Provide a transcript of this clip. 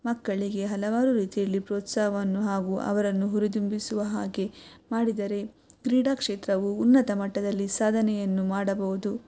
ಮಕ್ಕಳಿಗೆ ಹಲವಾರು ರೀತಿಯಲ್ಲಿ ಪ್ರೋತ್ಸಾಹವನ್ನು ಹಾಗೂ ಅವರನ್ನು ಹುರಿದುಂಬಿಸುವ ಹಾಗೆ ಮಾಡಿದರೆ ಕ್ರೀಡಾಕ್ಷೇತ್ರವು ಉನ್ನತ ಮಟ್ಟದಲ್ಲಿ ಸಾಧನೆಯನ್ನು ಮಾಡಬಹುದು